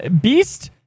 Beast